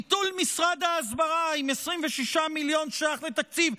ביטול משרד ההסברה עם 26 מיליון שקלים תקציב.